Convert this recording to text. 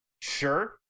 Sure